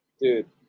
Dude